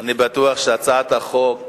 בטוח שהצעת החוק שלי,